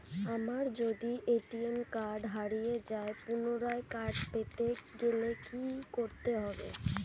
যদি আমার ATM card হারিয়ে যায় পুনরায় কার্ড পেতে গেলে কি করতে হবে?